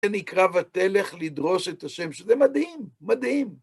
זה נקרא ותלך לדרוש את השם, זה מדהים, מדהים.